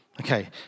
Okay